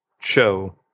show